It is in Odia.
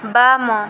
ବାମ